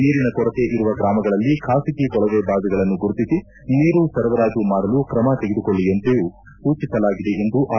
ನೀರಿನ ಕೊರತೆ ಇರುವ ಗ್ರಾಮಗಳಲ್ಲಿ ಖಾಸಗಿ ಕೊಳವೆ ಬಾವಿಗಳನ್ನು ಗುರುತಿಸಿ ನೀರು ಸರಬರಾಜು ಮಾಡಲು ಕ್ರಮ ತೆಗೆದುಕೊಳ್ಳುವಂತೆಯೂ ಸೂಚಿಸಲಾಗಿದೆ ಎಂದು ಆರ್